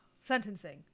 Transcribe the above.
sentencing